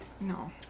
No